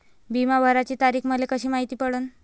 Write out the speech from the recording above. बिमा भराची तारीख मले कशी मायती पडन?